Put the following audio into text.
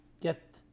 get